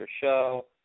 Show